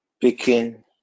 picking